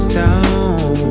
down